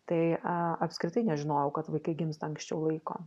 tai a apskritai nežinojau kad vaikai gimsta anksčiau laiko